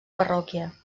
parròquia